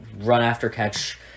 run-after-catch